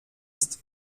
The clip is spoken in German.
ist